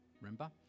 remember